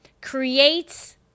creates